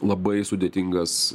labai sudėtingas